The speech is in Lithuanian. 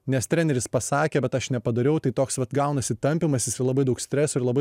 nes treneris pasakė bet aš nepadariau tai toks vat gaunasi tampymasis ir labai daug streso ir labai